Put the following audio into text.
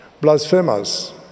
blasphemers